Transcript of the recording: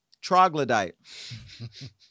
Troglodyte